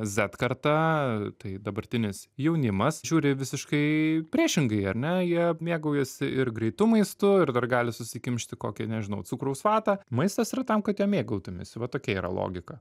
z karta tai dabartinis jaunimas žiūri visiškai priešingai ar ne jie mėgaujasi ir greitu maistu ir dar gali susikimšti kokį nežinau cukraus vatą maistas yra tam kad juo mėgautumeisi va tokia yra logika